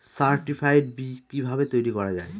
Certified বি কিভাবে তৈরি করা যায়?